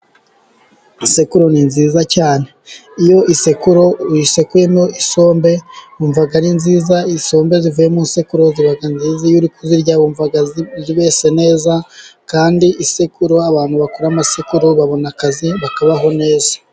Isekuru ni nziza cyane. Iyo isekuru uyisekuyemo isombe wumva ari nziza. Isombe zivuye mu isekururo iyo uri kuzirya wumva ibese neza. Kandi isekururo abantu bakora amasekuro babona akazi bakabaho neza.